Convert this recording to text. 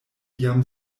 jam